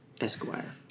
Esquire